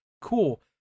cool